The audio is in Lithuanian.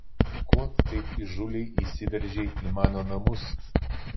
ko taip įžūliai įsiveržei į mano namus